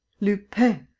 lupin!